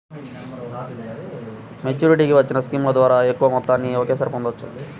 మెచ్యూరిటీకి వచ్చిన స్కీముల ద్వారా ఎక్కువ మొత్తాన్ని ఒకేసారి పొందవచ్చు